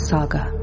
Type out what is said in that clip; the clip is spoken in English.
Saga